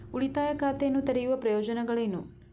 ಉಳಿತಾಯ ಖಾತೆಯನ್ನು ತೆರೆಯುವ ಪ್ರಯೋಜನಗಳೇನು?